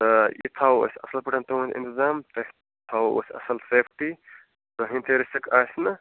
آ یہِ تھاوَو أسۍ اَصٕل پٲٹھۍ تُہُنٛد اِنتظام تۄہہِ تھاوَو أسۍ اَصٕل سیٚفٹی کٕہیٖنٛۍ تہِ رِسک آسہِ نہٕ